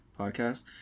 Podcast